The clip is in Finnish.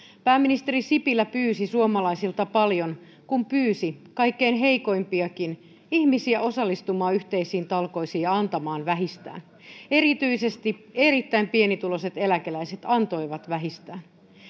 pääministeri sipilä pyysi suomalaisilta paljon kun pyysi kaikkein heikoimpiakin ihmisiä osallistumaan yhteisiin talkoisiin ja antamaan vähistään erityisesti erittäin pienituloiset eläkeläiset antoivat vähistään